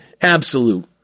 Absolute